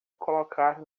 colocar